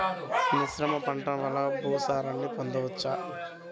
మిశ్రమ పంటలు వలన భూసారాన్ని పొందవచ్చా?